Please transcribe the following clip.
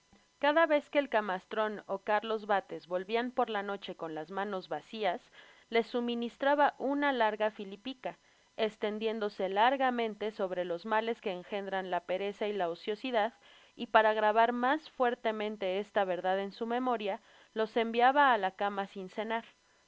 cada vez que el camastron ó carlos bates volvian por la noche con las manos vacias ies suministraba una larga filipica estendiéndose largamente sobre los males que engendran la pereza y la ociosidad y para gravar mas fuertemente esta verdad en su memoria los enviaba á la cama sin cenar